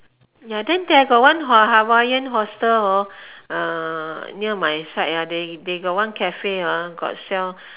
ya then they got one ha~ Hawaiian hostel hor near my side they they got one cafe got sell